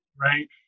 right